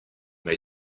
may